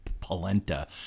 polenta